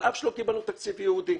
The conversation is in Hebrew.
על אף שלא קיבלנו תקציב ייעודי,